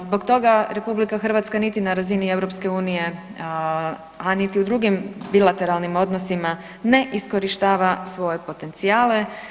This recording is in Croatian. Zbog toga RH nit na razini EU, a niti u drugim bilateralnim odnosima ne iskorištava svoje potencijale.